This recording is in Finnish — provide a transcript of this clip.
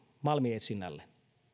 malminetsinnälle